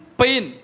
pain